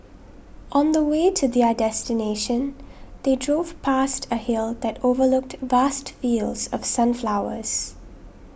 on the way to their destination they drove past a hill that overlooked vast fields of sunflowers